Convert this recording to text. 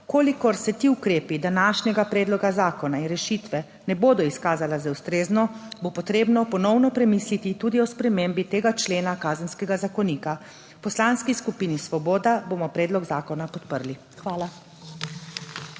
kolikor se ti ukrepi današnjega predloga zakona in rešitve ne bodo izkazali za ustrezno, bo potrebno ponovno premisliti tudi o spremembi tega člena Kazenskega zakonika. V Poslanski skupini Svoboda bomo predlog zakona podprli. Hvala.